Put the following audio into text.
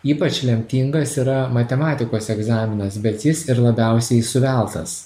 ypač lemtingas yra matematikos egzaminas bet jis ir labiausiai suveltas